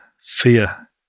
fear